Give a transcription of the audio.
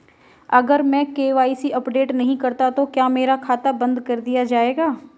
अगर मैं KYC update नहीं करता तो क्या मेरा खाता बंद कर दिया जाएगा?